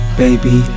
baby